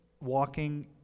walking